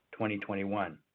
2021